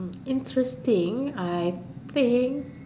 interesting I think